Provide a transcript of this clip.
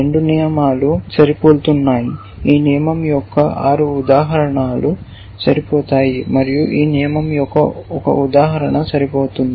రెండు నియమాలు సరిపోలుతున్నాయి ఈ నియమం యొక్క 6 ఉదాహరణలు సరిపోతాయి మరియు ఈ నియమం యొక్క 1 ఉదాహరణ సరిపోతుంది